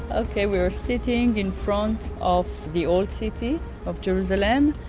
ah okay, we are sitting in front of the old city of jerusalem,